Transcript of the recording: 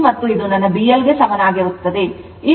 ಆದ್ದರಿಂದ ಇದು ನನ್ನ BC ಮತ್ತು ಇದು ನನ್ನ BL ಗೆ ಸಮನಾಗಿರುತ್ತದೆ